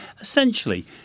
essentially